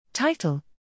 Title